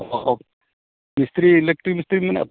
ᱚᱻ ᱦᱚᱸ ᱢᱤᱥᱛᱨᱤ ᱤᱞᱮᱠᱴᱨᱤ ᱢᱤᱥᱛᱨᱤ ᱵᱤᱱ ᱢᱮᱱᱮᱜᱼᱟ ᱛᱚ